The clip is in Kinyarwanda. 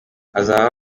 hazabaho